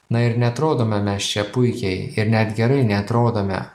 na ir neatrodome mes čia puikiai ir net gerai neatrodome